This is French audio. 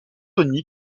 régionale